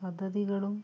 പദ്ധതികളും